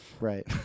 right